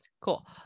Cool